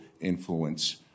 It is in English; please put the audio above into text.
influence